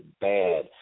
bad